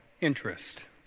interest